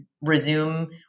resume